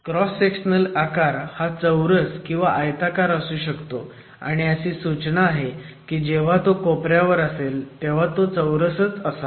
cross sectional आकार हा चौरस किंवा आयताकार असू शकतो आणि अशी सूचना आहे की जेव्हा तो कोपऱ्यावर असेल तो चौरसच असावा